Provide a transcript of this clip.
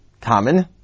common